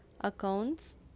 accounts